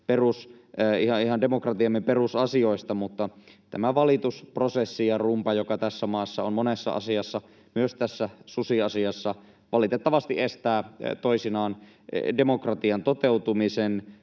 ihan demokratiamme perusasioista, mutta tämä valitusprosessi ja ‑rumba, joka tässä maassa on monessa asiassa, myös tässä susiasiassa, valitettavasti estää toisinaan demokratian toteutumisen.